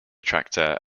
tractor